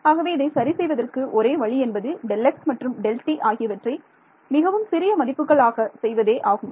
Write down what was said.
ஆகவே இதை சரி செய்வதற்கு ஒரே வழி என்பது Δx மற்றும்Δt ஆகியவற்றை மிகவும் சிறிய மதிப்புகள் ஆக செய்வதே ஆகும்